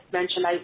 mentioned